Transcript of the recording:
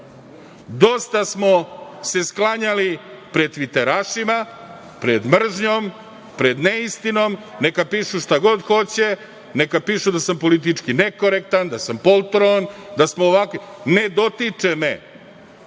niko. Dosta smo se sklanjali pred tviterašima, pred mržnjom, pred neistinom, neka pišu šta god hoće, neka pišu da sam politički nekorektan, da sam poltron, da smo ovakvi, onakvi, ne dotiče me.